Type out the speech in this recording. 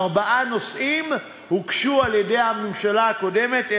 ארבעה נושאים הוגשו על-ידי הממשלה הקודמת,